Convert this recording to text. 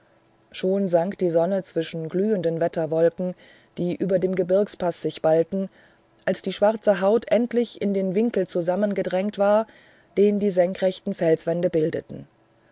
schon sank die sonne zwischen glühenden wetterwolken die über dem gebirgspaß sich ballten als die schwarze haut endlich in den winkel zusammengedrängt war den die senkrechten felswände bildeten